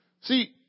See